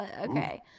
okay